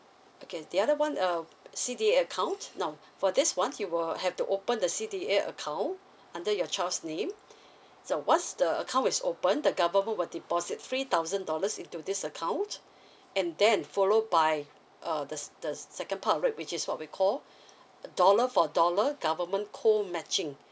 okay the other [one] uh C_D_A account now for this [one] you will have to open the C_D_A account under your child's name so once the account is opened the government will deposit three thousand dollars into this account and then follow by uh the the second part of it which is what we call dollar for dollar government co matching